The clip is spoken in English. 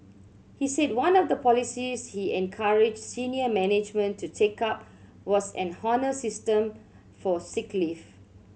he said one of the policies he encouraged senior management to take up was an honour system for sick leave